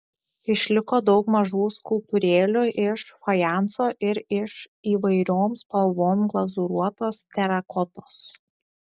išliko daug mažų skulptūrėlių iš fajanso ir iš įvairiom spalvom glazūruotos terakotos